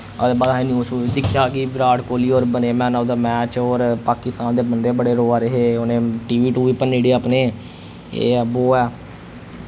हां ते बाद असैं न्यूस श्यूज दिक्खेआ कि विराट कोहली होर बने मैन आफ दा मैच और पाकि स्तान दे बंदे बड़े रोआ दे हे उ'ने टीवी टूवी भन्नी ओड़े अपने एह् ऐ बो ऐ